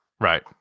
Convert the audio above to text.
Right